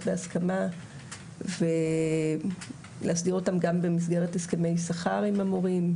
בהסכמה ולהסדיר אותם גם במסגרת הסכמי שכר עם המורים,